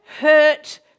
hurt